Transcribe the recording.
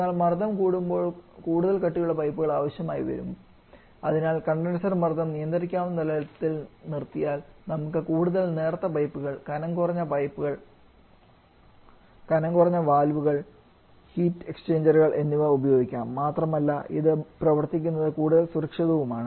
എന്നാൽ മർദ്ദം കൂടുമ്പോൾ കൂടുതൽ കട്ടിയുള്ള പൈപ്പുകൾ ആവശ്യമായി വരും അതിനാൽ കണ്ടൻസർ മർദ്ദം നിയന്ത്രിക്കാവുന്ന തലത്തിൽ നിർത്തിയാൽ നമുക്ക് കൂടുതൽ നേർത്ത പൈപ്പുകൾ കനംകുറഞ്ഞ വാൽവുകൾ ഹീറ്റ് എക്സ്ചേഞ്ചറുകൾ എന്നിവ ഉപയോഗിക്കാം മാത്രമല്ല ഇത് പ്രവർത്തിക്കുന്നത് കൂടുതൽ സുരക്ഷിതവുമാണ്